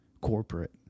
corporate